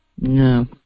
No